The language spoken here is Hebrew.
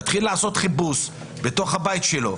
מתחיל לעשות חיפוש בתוך הבית שלו,